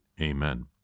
Amen